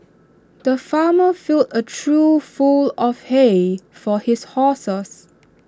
the farmer filled A trough full of hay for his horses